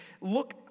look